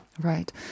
Right